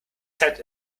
set